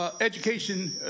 education